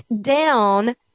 down